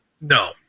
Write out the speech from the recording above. No